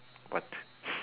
what